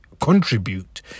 contribute